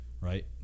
right